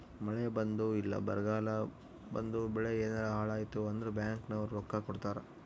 ಮಳೆ ಬಂದು ಇಲ್ಲ ಬರಗಾಲ ಬಂದು ಬೆಳೆ ಯೆನಾರ ಹಾಳಾಯ್ತು ಅಂದ್ರ ಬ್ಯಾಂಕ್ ನವ್ರು ರೊಕ್ಕ ಕೊಡ್ತಾರ